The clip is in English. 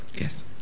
Yes